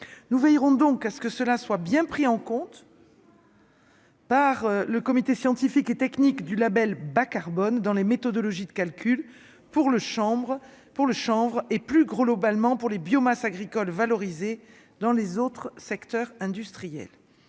nous veillerons donc est-ce que cela soit bien pris en compte. Par le comité scientifique et technique du Label bas-carbone dans les méthodologies de calcul pour le chambre pour le chanvre et plus gros globalement pour les biomasse agricole valorisé dans les autres secteurs industriels,